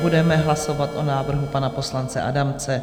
Budeme hlasovat o návrhu pana poslance Adamce.